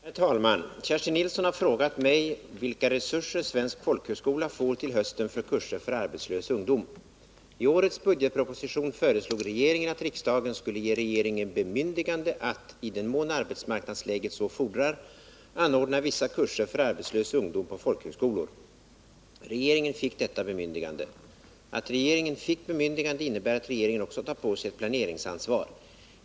Herr talman! Kerstin Nilsson har frågat mig om vilka resurser svensk folkhögskola får till hösten för kurser för arbetslös ungdom. regeringen bemyndigande att — i den mån arbetsmarknadsläget så fordrar — anordna vissa kurser för arbetslös ungdom på folkhögskolor. Regeringen fick detta bemyndigande. Att regeringen fick bemyndigande innebär att regeringen också tar på sig ett planeringsansvar.